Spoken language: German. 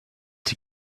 die